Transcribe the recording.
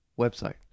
website